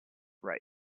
right